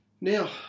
now